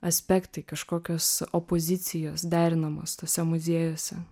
aspektai kažkokios opozicijos derinamas tuose muziejuose